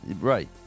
Right